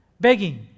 Begging